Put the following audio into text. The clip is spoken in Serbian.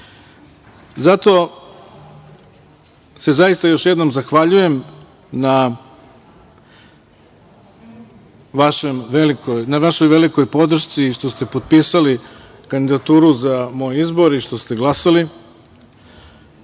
jednom zaista zahvaljujem na vašoj velikoj podršci, što ste potpisali kandidaturu za moj izbor i što ste glasali. Želim